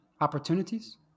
opportunities